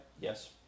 Yes